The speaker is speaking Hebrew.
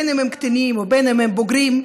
בין שהם קטינים ובין שהם בוגרים,